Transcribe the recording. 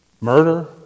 murder